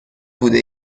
بوده